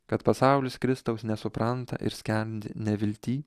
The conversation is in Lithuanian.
kad pasaulis kristaus nesupranta ir skendi nevilty